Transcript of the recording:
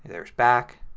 there's back,